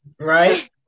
Right